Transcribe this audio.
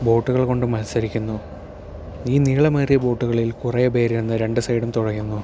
ബോട്ടുകൾ കൊണ്ട് മത്സരിക്കുന്നു ഈ നീളമേറിയ ബോട്ടുകളിൽ കുറേ പേരുനിന്ന് രണ്ടു സൈഡും തുഴയുന്നു